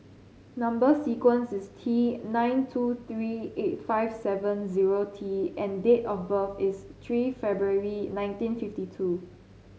number sequence is T nine two three eight five seven zero T and date of birth is three February nineteen fifty two